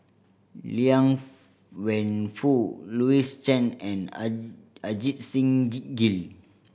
Liang Wenfu Louis Chen and Ajit Singh Gill